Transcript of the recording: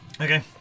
Okay